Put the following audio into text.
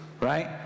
Right